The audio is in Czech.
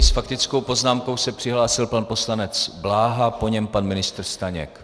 S faktickou poznámkou se přihlásil pan poslanec Bláha, po něm pan ministr Staněk.